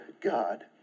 God